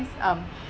um